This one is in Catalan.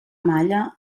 malla